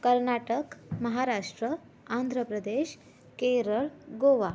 Karnataka Maharashtra Andhra Pradesh Kerala Goa